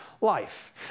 life